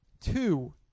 two